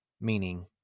Meaning